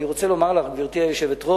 אני רוצה לומר לך, גברתי היושבת-ראש,